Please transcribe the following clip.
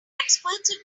experts